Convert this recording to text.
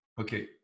Okay